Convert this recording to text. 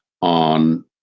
on